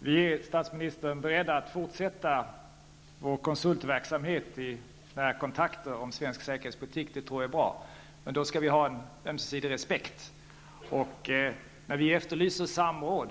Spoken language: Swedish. Herr talman! Vi är, statsministern, beredda att fortsätta vår konsultverksamhet när det gäller svensk säkerhetspolitik. Jag tror att detta är bra. Men då skall vi ha en ömsesidig respekt. Anledningen till att vi efterlyser samråd